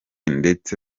ndetse